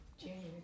January